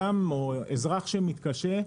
אזרח שמתקשה,